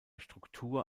struktur